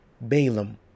Balaam